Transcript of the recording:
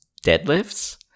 deadlifts